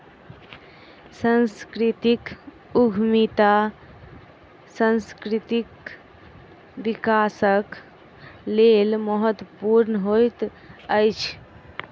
सांस्कृतिक उद्यमिता सांस्कृतिक विकासक लेल महत्वपूर्ण होइत अछि